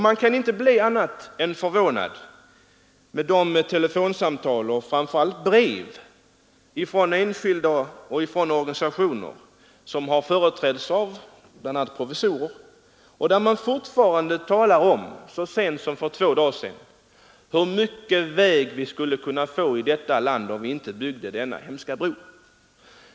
Man kan inte bli annat än förvånad över de telefonsamtal och framför allt de brev som man får från enskilda och organisationer — vilka bl.a. företräds av professorer — där man fortfarande, så sent som för två dagar sedan, talar om hur mycket väg man skulle kunna få i detta land om vi inte byggde denna hemska bro.